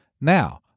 Now